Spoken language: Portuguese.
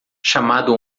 chamado